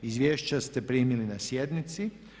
Izvješća ste primili na sjednici.